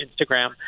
Instagram